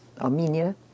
Armenia